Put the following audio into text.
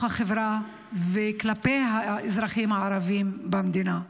החברה וכלפי האזרחים הערבים במדינה?